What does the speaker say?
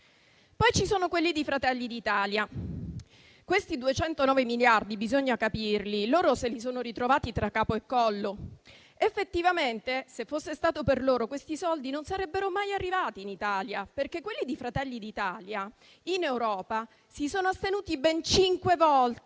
Poi ci sono quelli di Fratelli d'Italia. Questi 209 miliardi - bisogna capirli - se li sono ritrovati tra capo e collo; effettivamente, se fosse stato per loro, questi soldi non sarebbero mai arrivati in Italia, perché quelli di Fratelli d'Italia in Europa si sono astenuti ben cinque